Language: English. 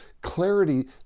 clarity